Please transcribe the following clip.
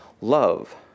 love